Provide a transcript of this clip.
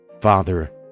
father